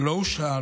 לא הושעה,